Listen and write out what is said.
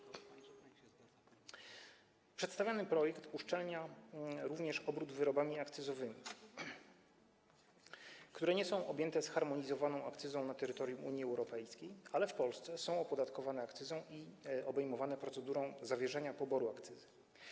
Przedstawiony projekt uszczelnia również obrót wyrobami akcyzowymi, które nie są objęte zharmonizowaną akcyzą na terytorium Unii Europejskiej, ale w Polsce są opodatkowane akcyzą i objęte procedurą zawieszenia poboru akcyzy.